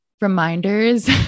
reminders